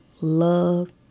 love